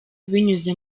binyuze